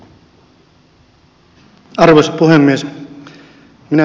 arvoisa puhemies